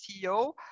CEO